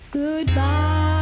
goodbye